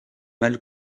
mal